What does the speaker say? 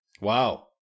Wow